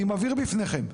אני מבהיר ביניכם.